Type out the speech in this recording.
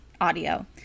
audio